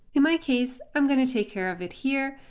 in my case, i'm going to take care of it here,